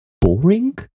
boring